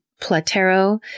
Platero